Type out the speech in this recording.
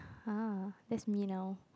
!huh! that's me now